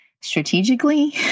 strategically